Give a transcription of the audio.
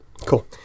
Cool